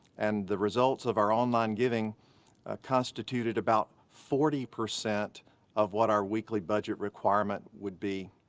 and the results of our online giving constituted about forty percent of what our weekly budget requirement would be.